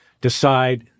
decide